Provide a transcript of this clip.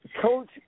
Coach